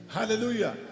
Hallelujah